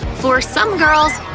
for some girls,